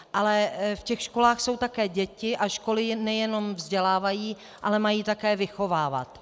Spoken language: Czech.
Ale ve školách jsou také děti a školy je nejenom vzdělávají, ale mají také vychovávat.